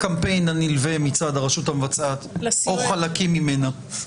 גם לראות את הקמפיין הנלווה מצד הרשות המבצעת או חלקים ממנה.